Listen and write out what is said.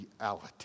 reality